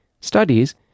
studies